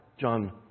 John